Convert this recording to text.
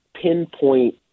pinpoint